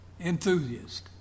enthusiast